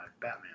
Batman